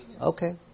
Okay